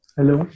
Hello